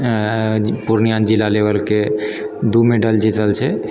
पूर्णिया जिला लेवलके दू मेडल जितल छै